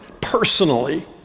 personally